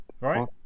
Right